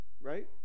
Right